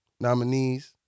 nominees